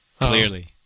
clearly